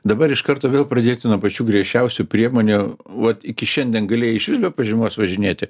dabar iš karto vėl pradėti nuo pačių griežčiausių priemonių vot iki šiandien galėjai išvis be pažymos važinėti